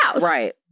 Right